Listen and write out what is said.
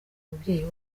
umubyeyi